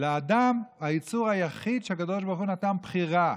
האדם הוא היצור היחיד שהקדוש ברוך הוא נתן לו בחירה,